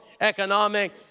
economic